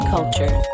Culture